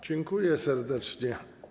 Dziękuję serdecznie.